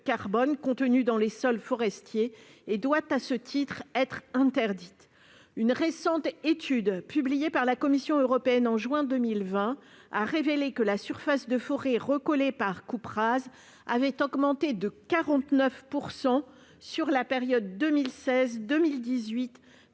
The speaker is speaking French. carbone contenu dans les sols forestiers. Elle doit, à ce titre, être interdite. Une récente étude, publiée par la Commission européenne en juin 2020, a révélé que la surface de forêt recollée par coupe rase avait augmenté de 49 % sur la période 2016-2018